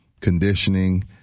conditioning